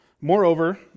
Moreover